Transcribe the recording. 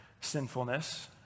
sinfulness